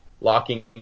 locking